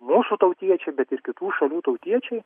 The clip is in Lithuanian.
mūsų tautiečiai bet ir kitų šalių tautiečiai